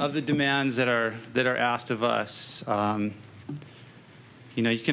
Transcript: of the demands that are that are asked of us you know you can